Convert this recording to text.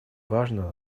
важно